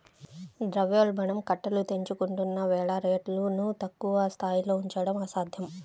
ద్రవ్యోల్బణం కట్టలు తెంచుకుంటున్న వేళ రేట్లను తక్కువ స్థాయిలో ఉంచడం అసాధ్యం